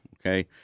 okay